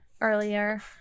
earlier